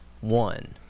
one